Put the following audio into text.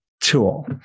Tool